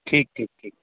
ٹھیک ٹھیک ٹھیک